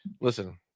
Listen